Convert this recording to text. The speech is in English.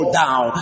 down